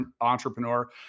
entrepreneur